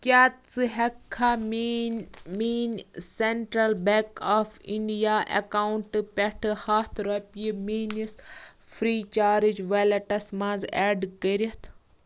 کیٛاہ ژٕ ہٮ۪کٕکھا میٛٲنۍ میٛٲنۍ سیٚنٛٹرٛل بیٚنٛک آف اِنٛڈیا اکاونٹہٕ پٮ۪ٹھٕ ہتھ رۄپیہٕ میٛٲنِس فرٛی چارٕج ویٚلیٚٹَس منٛز ایٚڈ کٔرِتھ